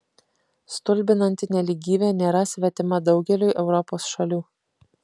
stulbinanti nelygybė nėra svetima daugeliui europos šalių